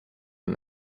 una